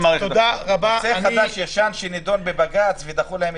זה נושא חדש-ישן שנידון בבג"ץ ונדחה.